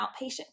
outpatient